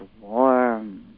warm